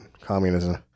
communism